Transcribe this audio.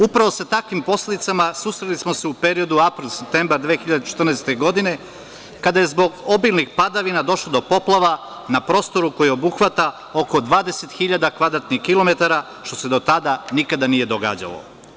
Upravo sa takvim posledicama, susreli smo se u periodu april-septembar 2014. godine, kada je zbog obilnih padavina došlo do poplava na prostoru koji obuhvata oko 20 hiljada kvadratnih kilometara, što se do tada nikada nije događalo.